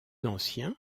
ancien